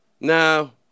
now